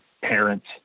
parents